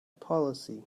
policy